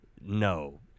No